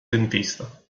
dentista